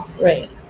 right